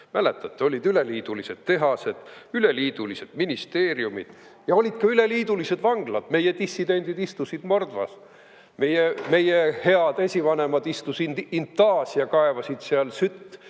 Mäletate, olid üleliidulised tehased, üleliidulised ministeeriumid ja olid ka üleliidulised vanglad. Meie dissidendid istusid Mordvas, meie head esivanemad istusid Intas ja kaevasid seal sütt,